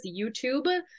YouTube